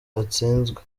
atsinzwe